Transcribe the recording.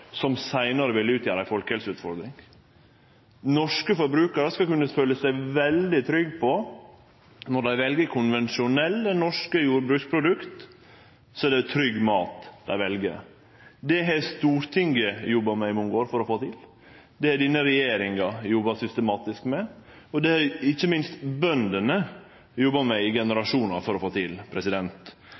som seinare vil utgjere ei folkehelseutfordring. Norske forbrukarar skal kunne føle seg veldig trygge på når dei vel konvensjonelle, norske jordbruksprodukt, at det er trygg mat dei vel. Det har Stortinget jobba med i mange år for å få til, det har denne regjeringa jobba systematisk med, og det har ikkje minst bøndene jobba med i generasjonar for å få til.